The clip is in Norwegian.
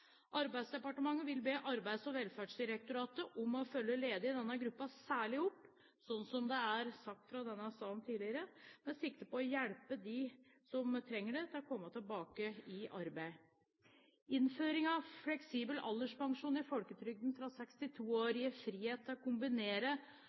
Arbeidsdepartementet vil be Arbeids- og velferdsdirektoratet om å følge ledige i denne gruppen særlig opp, som flere har sagt i denne salen tidligere, med sikte på å hjelpe dem som trenger det til å komme tilbake i arbeid. Innføring av fleksibel alderspensjon i folketrygden fra 62 år